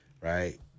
right